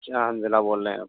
جی ہاں حنظلہ بول رہے ہیں ہم